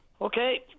Okay